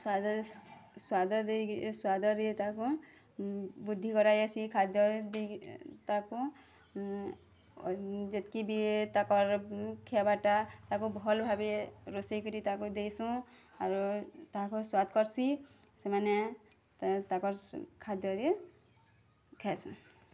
ସ୍ୱାଦରେ ସ୍ୱାଦଦେଇକରି ସ୍ୱାଦରେ ତାକୁ ବୁଦ୍ଧି ଖାଦ୍ୟରେ ବି ତାକୁ ଯେତ୍କିବି ତାକର୍ ଖାଇବାଟା ରୋଷଇକରି ତାକୁ ଦେସୁଁ ତାକୁ ସ୍ୱାଦ୍ କର୍ସିଁ ସେମାନେ ତାକର୍ ଖାଦ୍ୟରେ ଖାଏସୁଁ